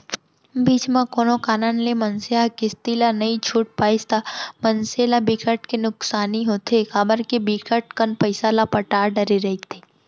बीच म कोनो कारन ले मनसे ह किस्ती ला नइ छूट पाइस ता मनसे ल बिकट के नुकसानी होथे काबर के बिकट कन पइसा ल पटा डरे रहिथे